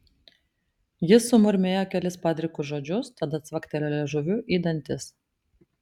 jis sumurmėjo kelis padrikus žodžius tada cvaktelėjo liežuviu į dantis